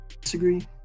disagree